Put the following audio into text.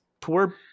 poor